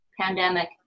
pandemic